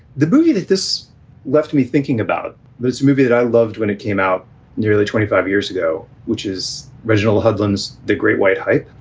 the movie that this left me thinking about, this movie that i loved when it came out nearly twenty five years ago, which is reginald hudlin is the great white hope,